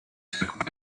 took